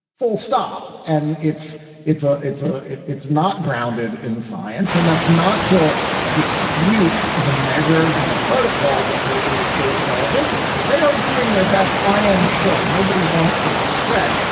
full stop. and it's it's a it's ah a it's not grounded in science. and that's not to dispute the measures and the protocols that major league baseball have implemented. they are doing their best. i am sure nobody wants this to spread.